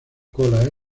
cola